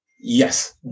Yes